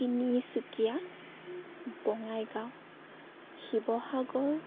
Tinsukia Bongaigaon Sivasagar